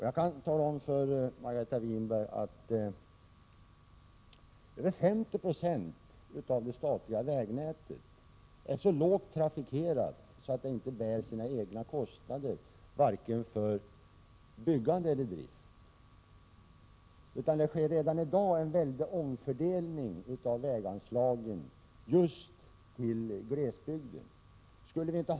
Jag kan tala om för Margareta Winberg att över 50 90 av det statliga vägnätet är så lågt trafikerat att det inte bär sina egna kostnader, vare sig för byggande eller drift. Redan i dag sker via väganslagen en väldig omfördelning till glesbygdens fördel.